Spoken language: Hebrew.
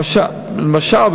למשל,